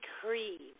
Creed